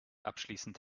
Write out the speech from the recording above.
abschließend